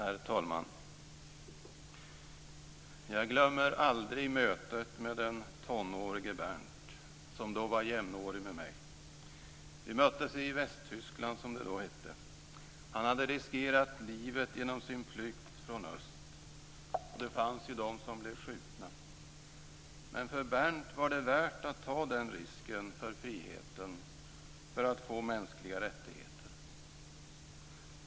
Herr talman! Jag glömmer aldrig mötet med den tonårige Bernd som var jämnårig med mig. Vi möttes i Västtyskland, som det då hette. Han hade riskerat livet genom sin flykt från öst. Det fanns ju de som blev skjutna. Men för Bernd var det värt att ta den risken för friheten, för att få mänskliga rättigheter.